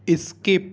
skip